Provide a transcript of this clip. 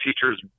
teachers